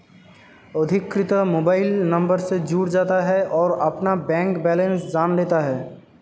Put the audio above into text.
अधिकृत mobile number से जुड़ जाता है और अपना बैंक बेलेंस जान लेता है